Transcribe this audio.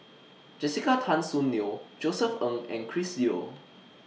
Jessica Tan Soon Neo Josef Ng and Chris Yeo